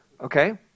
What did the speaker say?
Okay